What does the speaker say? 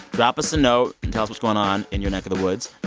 drop us a note, and tell us what's going on in your neck of the woods,